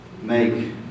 make